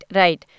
right